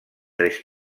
tres